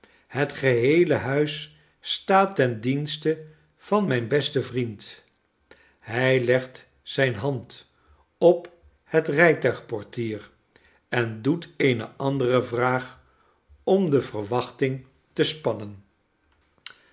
het geheele huis staat ten dienste van mijn besten vriend hij legt zijne hand op het rijtuigportier en doet eene andere vraag om de verwachting te spannen